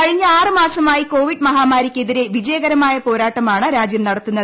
കഴിഞ്ഞ ആറ് മാസമായി കോവിഡ് മഹാമാരിയ്ക്കെതിരെ വിജയകരമായ പോരാട്ടമാണ് രാജ്യം നടത്തുന്നത്